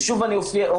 ושוב אני אומר,